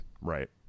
right